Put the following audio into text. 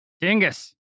Dingus